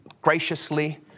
graciously